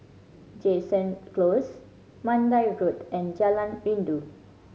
Jansen Close Mandai Road and Jalan Rindu